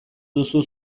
duzu